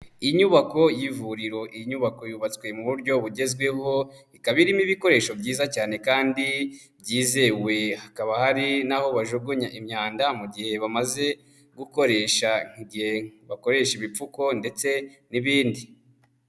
inyubako y'ivuriro iyi nyubako yubatswe mu buryo bugezweho, ikaba irimo ibikoresho byiza cyane kandi byizewe hakaba hari naho bajugunya imyanda mu gihe bamaze, gukoresha mu gihe bakoresha ibipfuko ndetse n'ibindi.